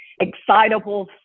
excitable